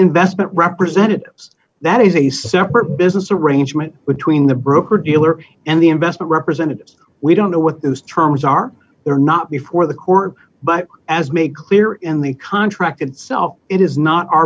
investment representatives that is a separate business arrangement between the broker dealer and the investment representatives we don't know what his terms are they are not before the court but as made clear in the contract itself it is not our